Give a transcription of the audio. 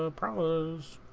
ah problems